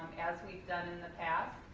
as we've done in the past.